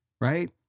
right